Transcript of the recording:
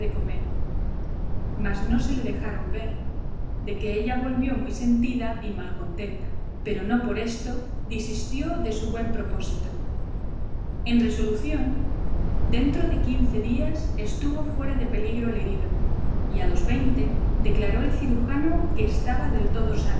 comer mas no se le dejaron ver de que ella volvió muy sentida y malcontenta pero no por esto disistió de su buen propósito en resolución dentro de quince días estuvo fuera de peligro el herido y a los veinte declaró el cirujano que estaba del todo